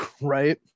right